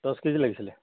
দহ কেজি লাগিছিলে